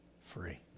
free